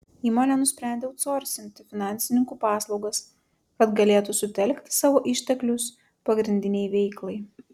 įmonė nusprendė autsorsinti finansininkų paslaugas kad galėtų sutelkti savo išteklius pagrindinei veiklai